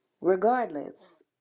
regardless